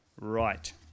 right